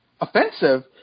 offensive